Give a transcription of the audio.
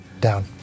down